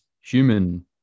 human